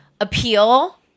appeal